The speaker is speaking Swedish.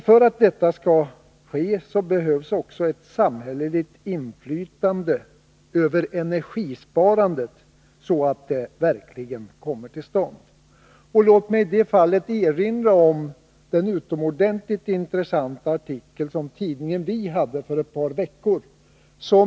För att detta skall kunna bli verklighet behövs också ett samhälleligt inflytande över energisparandet. Låt mig här erinra om den utomordentligt intressanta artikel som tidningen Vi hade för ett par veckor sedan.